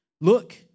look